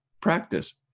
practice